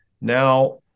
now